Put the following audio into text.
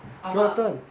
ah ma hmm